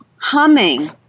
Humming